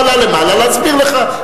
הוא עלה למעלה להסביר לך,